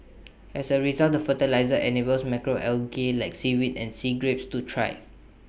as A result the fertiliser enables macro algae like seaweed and sea grapes to thrive